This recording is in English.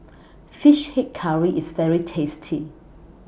Fish Head Curry IS very tasty